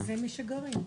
זה מי שגר היום.